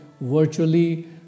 Virtually